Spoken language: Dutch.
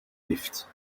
lift